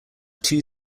two